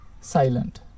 Silent